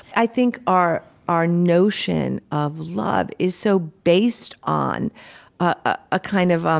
i think our our notion of love is so based on a kind of, um